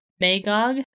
Magog